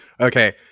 Okay